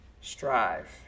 strive